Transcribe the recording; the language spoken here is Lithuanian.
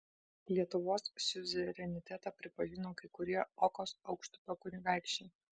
lietuvos siuzerenitetą pripažino kai kurie okos aukštupio kunigaikščiai